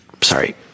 Sorry